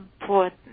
important